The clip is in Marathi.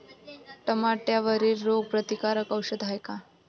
टमाट्यावरील रोग प्रतीकारक औषध हाये का?